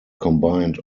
combined